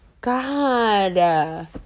God